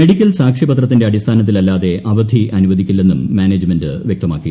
medical സാക്ഷ്യപത്രത്തിന്റെ അടിസ്ഥാനത്തിലില്ലാതെ അവധി അനുവദിക്കില്ലെന്നും മാനേജ്മെന്റ് വൃക്തമാക്കി